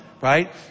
right